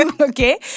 Okay